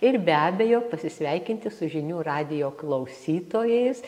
ir be abejo pasisveikinti su žinių radijo klausytojais